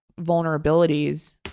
vulnerabilities